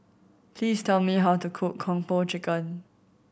please tell me how to cook Kung Po Chicken